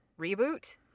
reboot